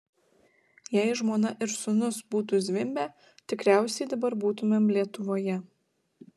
jei žmona ir sūnus būtų zvimbę tikriausiai dabar būtumėm lietuvoje